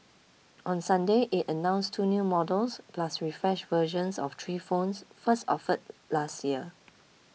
on Sunday it announced two new models plus refreshed versions of three phones first offered last year